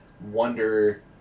wonder